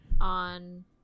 on